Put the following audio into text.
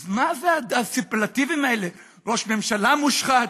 אז מה זה הסופרלטיבים האלה: ראש ממשלה מושחת,